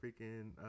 freaking